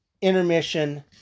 intermission